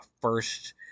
first